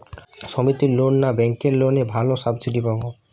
সমিতির লোন না ব্যাঙ্কের লোনে ভালো সাবসিডি পাব?